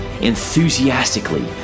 enthusiastically